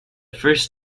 first